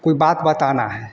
कोई बात बताना है